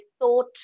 thought